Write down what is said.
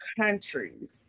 countries